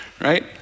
right